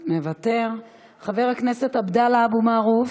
מוותר, חבר הכנסת עבדאללה אבו מערוף,